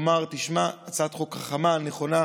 הוא אמר: תשמע, הצעת חוק חכמה, נכונה,